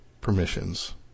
permissions